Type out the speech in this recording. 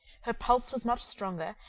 her pulse was much stronger,